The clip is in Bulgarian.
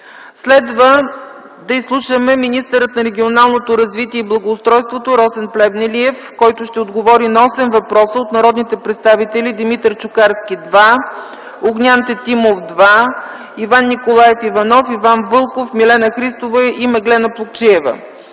Следва да изслушаме министъра на регионалното развитие и благоустройството Росен Плевнелиев, който ще отговори на осем въпроса от народните представители Димитър Чукарски – два въпроса, Огнян Тетимов – два въпроса, Иван Николаев Иванов, Иван Вълков, Милена Христова и Меглена Плугчиева.